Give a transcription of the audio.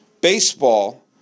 baseball